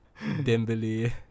Dembele